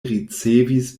ricevis